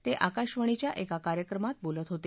ते आकाशवाणीच्या एका कार्यक्रमात बोलत होते